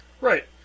right